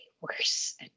worse